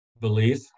belief